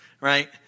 right